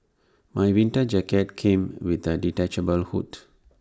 my winter jacket came with A detachable hood